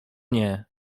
nie